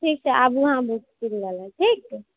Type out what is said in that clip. ठीक छै आबू अहाँ बुक कीनय लए ठीक